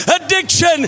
Addiction